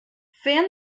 fer